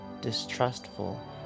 distrustful